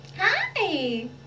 Hi